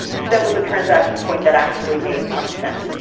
that was a transaction point that actually made some sense.